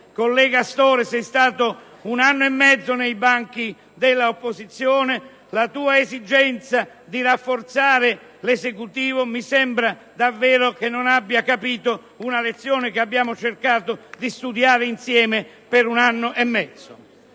Collega Astore, sei stato un anno e mezzo nei banchi dell'opposizione: la tua esigenza di rafforzare l'Esecutivo mi fa intendere che tu non abbia capito una lezione che abbiamo cercato di studiare insieme per un anno e mezzo.